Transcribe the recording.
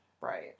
Right